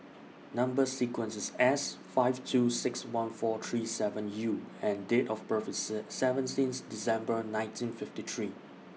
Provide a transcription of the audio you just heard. Number sequence IS S five two six one four three seven U and Date of birth IS seventeenth December nineteen fifty three